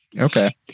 Okay